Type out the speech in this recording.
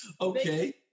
Okay